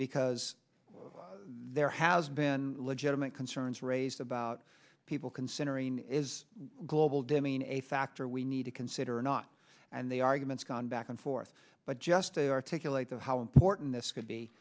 because there has been legitimate concerns raised about people considering is global dimming a factor we need to consider not and the arguments gone back and forth but just they articulate the how important this could be